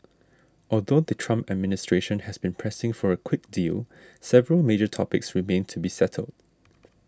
although the Trump administration has been pressing for a quick deal several major topics remain to be settled